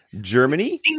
Germany